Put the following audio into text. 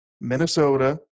Minnesota